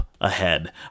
Ahead